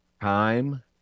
Time